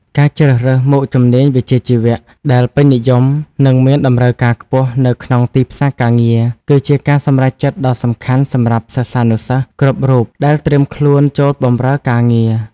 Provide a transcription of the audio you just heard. ការជ្រើសរើសមុខជំនាញវិជ្ជាជីវៈដែលពេញនិយមនិងមានតម្រូវការខ្ពស់នៅក្នុងទីផ្សារការងារ គឺជាការសម្រេចចិត្តដ៏សំខាន់សម្រាប់សិស្សានុសិស្សគ្រប់រូបដែលត្រៀមខ្លួនចូលបម្រើការងារ។